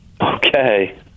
Okay